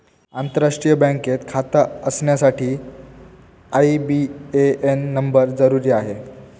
आंतरराष्ट्रीय बँकेत खाता असण्यासाठी आई.बी.ए.एन नंबर जरुरी आहे